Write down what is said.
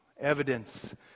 Evidence